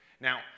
Now